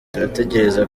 turatekereza